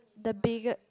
the bigge~